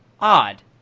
odd